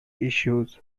issues